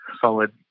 solid